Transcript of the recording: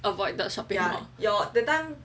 avoid the shopping mall